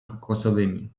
kokosowymi